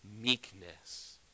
meekness